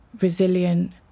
resilient